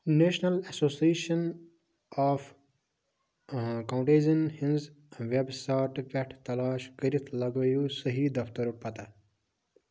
national association of کاوُنٛٹیزَن ہٕنٛز web ساٹہٕ پٮ۪ٹھ تلاش کٔرِتھ لگٲوِو صحیح دفترُک پتاہ